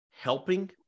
helping